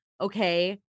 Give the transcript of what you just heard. okay